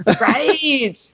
Right